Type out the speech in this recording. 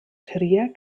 trier